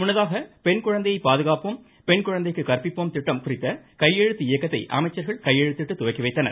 முன்னதாக பெண் குழந்தையை பாதுகாப்போம் பெண் குழந்தைக்கு கற்பிப்போம் திட்டம் குறித்த கையெழுத்து இயக்கத்தை அமைச்சர்கள் கையெழுத்திட்டு துவக்கிவைத்தனர்